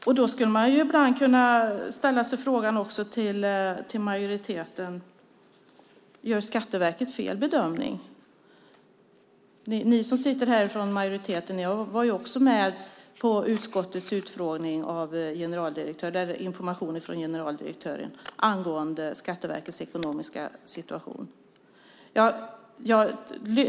Man skulle också kunna ställa frågan till majoriteten: Gör Skatteverket fel bedömning? Ni som sitter här från majoriteten var med vid informationen till utskottet från generaldirektören om Skatteverkets ekonomiska situation.